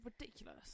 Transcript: ridiculous